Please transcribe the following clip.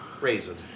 Raisin